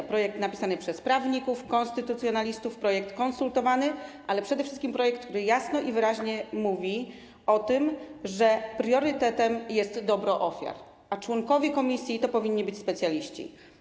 To projekt napisany przez prawników, konstytucjonalistów, projekt konsultowany, ale przede wszystkim projekt, który jasno i wyraźnie mówi o tym, że priorytetem jest dobro ofiar, a członkowie komisji powinni być specjalistami.